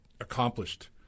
accomplished